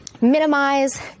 Minimize